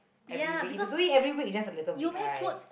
every week if you do it every week it's just a little bit right